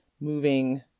moving